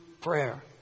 prayer